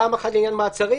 פעם אחת לעניין מעצרים,